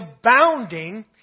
abounding